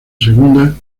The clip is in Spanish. segunda